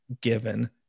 given